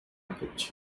bridge